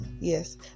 yes